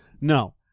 No